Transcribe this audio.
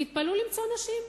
תתפלאו למצוא נשים.